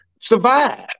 survive